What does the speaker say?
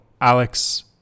Alex